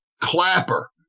Clapper